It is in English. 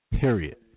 period